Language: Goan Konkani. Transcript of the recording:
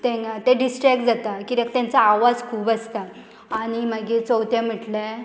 ते ते डिस्ट्रेक्ट जाता कित्याक तेंचो आवाज खूब आसता आनी मागीर चवथें म्हटल्यार